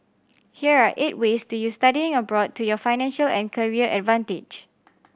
here are eight ways to use studying abroad to your financial and career advantage